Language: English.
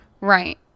Right